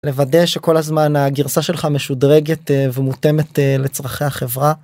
לוודא שכל הזמן הגרסה שלך משודרגת ומותעמת לצרכי החברה.